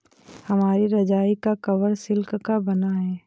हमारी रजाई का कवर सिल्क का बना है